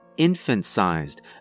infant-sized